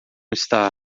está